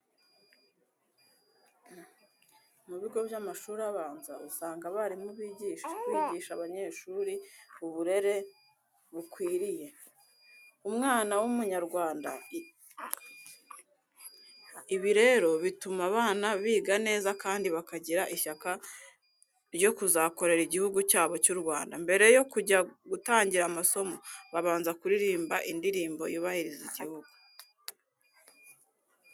Mu bigo by'amashuri abanza usanga abarimu bigisha abanyeshuri uburere bukwiriye umwana w'Umunyarwanda. Ibi rero bituma abana biga neza kandi bakagira ishyaka ryo kuzakorera Igihugu cyabo cy'u Rwanda. Mbere yo kujya gutangira amasomo, babanza kuririmba indirimbo yubahiriza Igihugu.